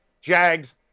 Jags